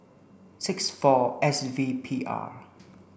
six four S V P R